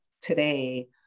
today